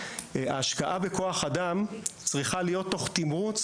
ההשקעה בכוח אדם צריכה להיות תוך תמרוץ